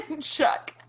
Chuck